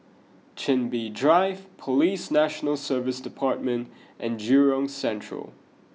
Chin Bee Drive Police National Service Department and Jurong Central